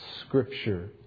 Scripture